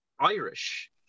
Irish